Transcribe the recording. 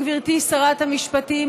גברתי שרת המשפטים,